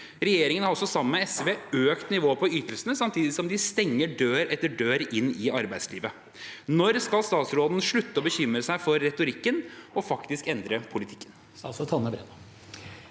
Regjeringen har også, sammen med SV, økt nivået på ytelsene, samtidig som en stenger dør etter dør inn til arbeidslivet. Når skal statsråden slutte å bekymre seg for retorikken og faktisk endre politikken? Statsråd Tonje Brenna